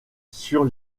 sur